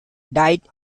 died